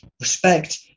Respect